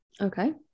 Okay